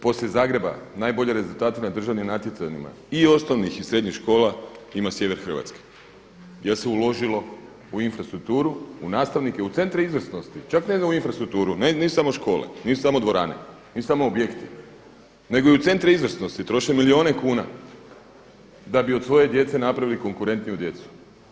Poslije Zagreba najbolje rezultate na državnim natjecanjima i osnovnih i srednjih škola ima sjever Hrvatske jer se uložilo u infrastrukturu, u nastavnike, u centre izvrsnosti, čak ne u infrastrukturu, nisu samo škole, nisu samo dvorane, nisu samo objekti, već i u centre izvrsnosti utrošilo milijune kune da bi od svoje djece napravili konkurentniju djece.